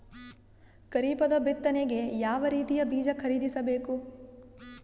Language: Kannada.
ಖರೀಪದ ಬಿತ್ತನೆಗೆ ಯಾವ್ ರೀತಿಯ ಬೀಜ ಖರೀದಿಸ ಬೇಕು?